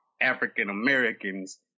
African-Americans